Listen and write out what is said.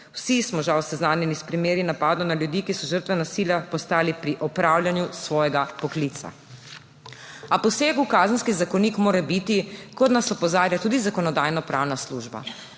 Vsi smo žal seznanjeni s primeri napadov na ljudi, ki so žrtve nasilja postali pri opravljanju svojega poklica. A poseg v Kazenski zakonik mora biti, kot nas opozarja tudi Zakonodajno-pravna služba,